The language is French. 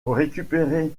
récupérer